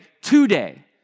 today